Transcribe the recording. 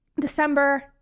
December